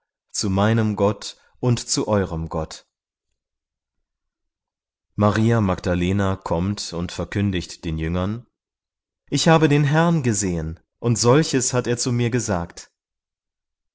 zu meinem gott und zu eurem gott maria magdalena kommt und verkündigt den jüngern ich habe den herrn gesehen und solches hat er zu mir gesagt